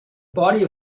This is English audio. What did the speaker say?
body